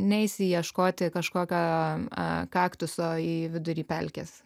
neisi ieškoti kažkokio kaktuso į vidury pelkės